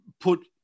put